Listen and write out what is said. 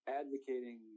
advocating